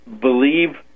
believe